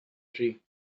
tree